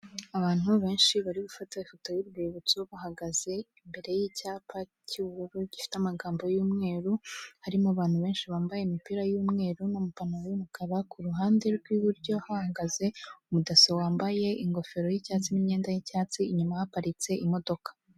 Abantu benshi barimo gufata ifoto y'urwibutso bahagaze imbere y'icyapa cy'ubururu gifite amagambo y'umweru, harimo abantu benshi bambaye imipira y'umweru n'amapantaro y'umukara, kuruhande rw'iburyo hahagaze umu DASSO wambaye ingofero y'icyatsi n'imyenda yi'icyatsi, inyuma haparitse imodoka.